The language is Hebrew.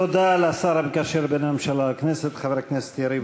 תודה לשר המקשר בין הממשלה לכנסת חבר הכנסת יריב